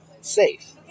safe